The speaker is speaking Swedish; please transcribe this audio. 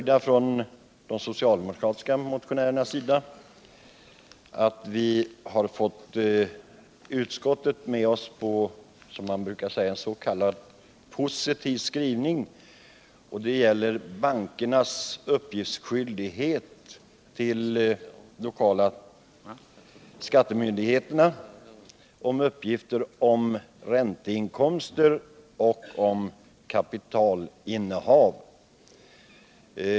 De socialdemokratiska motionärerna är också relativt nöjda med utskottets —- som man brukar säga — positiva skrivning vad gäller bankernas uppgifts skyldighet till de lokala skattemyndigheterna om ränteinkomster och kapitalinnehav.